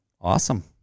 awesome